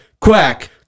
quack